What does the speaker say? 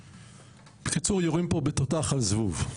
בקיצור, יורים פה בתותח על זבוב.